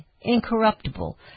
incorruptible